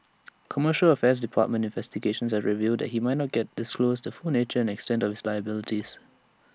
commercial affairs department investigations had revealed that he might not get disclosed the full nature and extent of his liabilities